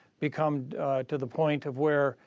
become to the point of where,